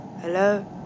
Hello